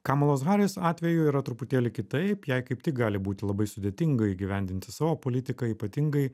kamalos haris atveju yra truputėlį kitaip jai kaip tik gali būti labai sudėtinga įgyvendinti savo politiką ypatingai